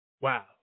Wow